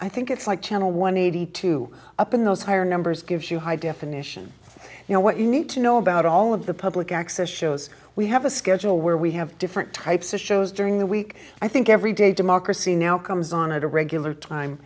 i think it's like channel one hundred and eighty two up in those higher numbers gives you high definition you know what you need to know about all of the public access shows we have a schedule where we have different types of shows during the week i think every day democracy now comes on at a regular time